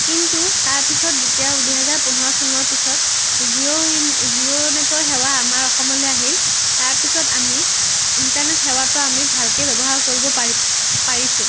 কিন্তু তাৰ পিছত যেতিয়া দুহেজাৰ পোন্ধৰ চনৰ পিছত জিঅ' জিঅ' নেটৰ সেৱা আমাৰ অসমলৈ আহিল তাৰ পিছত আমি ইন্টাৰনেট সেৱাটো আমি ভালকৈ ব্যৱহাৰ কৰিব পাৰিছোঁ